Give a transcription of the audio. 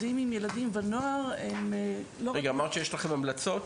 רגע, אמרת שיש לכם המלצות?